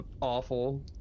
awful